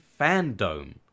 fandom